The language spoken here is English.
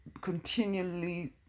continually